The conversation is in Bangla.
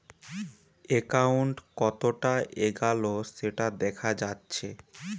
একাউন্ট কতোটা এগাল সেটা দেখা যাচ্ছে